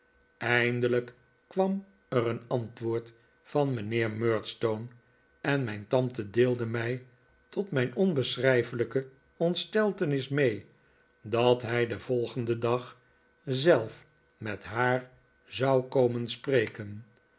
eindelijk kwam er een antwoord van mijnheer murdstone en mijn tante deelde mij tot mijn onbeschrijfelijke ontsteltenis mee dat hij den volgenden dag zelf met haar zou komen spreken